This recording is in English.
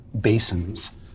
basins